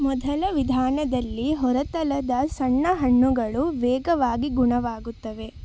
ಮೊದಲ ವಿಧಾನದಲ್ಲಿ ಹೊರತಲದ ಸಣ್ಣ ಹುಣ್ಣುಗಳು ವೇಗವಾಗಿ ಗುಣವಾಗುತ್ತವೆ